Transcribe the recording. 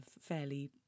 fairly